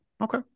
Okay